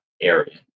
area